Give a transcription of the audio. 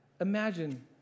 Imagine